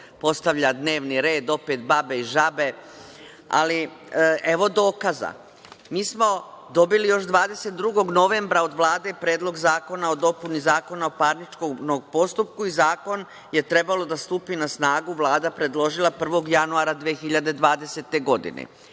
postavlja dnevni red, opet babe i žabe, ali evo dokaza. Mi smo dobili još 22. novembra od Vlade Predlog zakona o dopuni Zakona o parničnom postupku i zakon je trebao da stupi na snagu, Vlada predložila, 1. januara 2020. godine. Sada